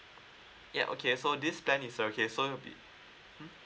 ya okay so this plan is okay so it'll be mm